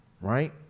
right